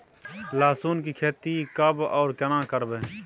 लहसुन की खेती कब आर केना करबै?